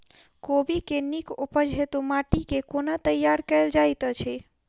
कोबी केँ नीक उपज हेतु माटि केँ कोना तैयार कएल जाइत अछि?